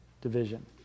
division